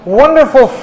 wonderful